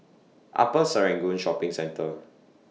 Upper Serangoon Shopping Centre